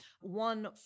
one